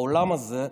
בעולם הזה,